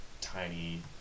tiny